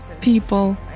People